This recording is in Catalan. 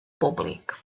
públic